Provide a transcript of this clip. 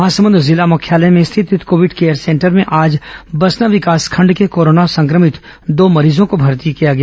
महासमंद जिला मुख्यालय में स्थित इस कोविड केयर सेंटर में आज बसना विकासखंड के कोरोना संक्रमित दो मरीजों को भर्ती किया गया